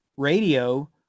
Radio